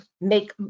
make